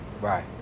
Right